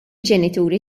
ġenituri